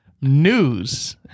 news